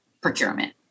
procurement